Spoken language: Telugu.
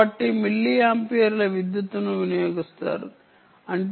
40 మిల్లీ ఆంపియర్లు విద్యుత్తును వినియోగిస్తాయి అంటే మీరు 2